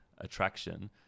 attraction